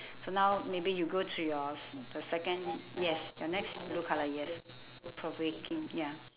so now maybe you go to your se~ the second yes your next blue colour yes provoking ya